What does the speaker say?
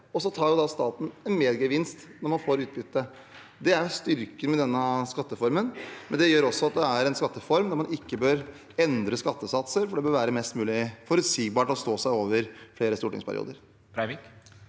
og så tar staten en mergevinst når man får utbytte. Det er styrken ved denne skatteformen. Det gjør også at det er en skatteform hvor en ikke bør endre skattesatser, for det bør være mest mulig forutsigbart og stå seg over flere stortingsperioder.